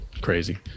crazy